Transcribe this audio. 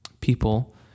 people